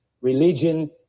religion